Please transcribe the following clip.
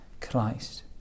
Christ